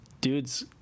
dude's